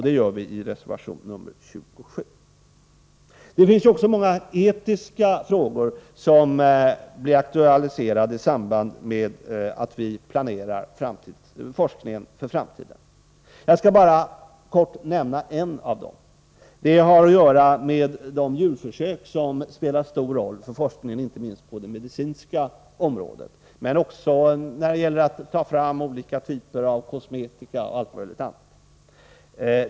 Det gör het Det är också många etiska frågor som aktualiseras i samband med att vi planerar forskningen för framtiden. Jag skall bara kort nämna en av dem. Den har att göra med de djurförsök som spelar stor roll för forskningen, inte minst på det medicinska området, men också när det gäller att ta fram olika typer av kosmetika och allt möjligt annat.